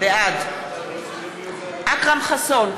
בעד אכרם חסון,